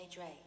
Dre